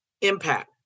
Impact